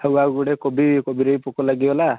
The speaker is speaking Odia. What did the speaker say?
ଥିଲା ଗୁଡ଼େ କୋବି କୋବିରେ ବି ପୋକ ଲାଗିଗଲା